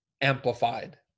amplified